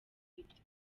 bite